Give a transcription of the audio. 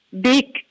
big